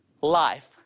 life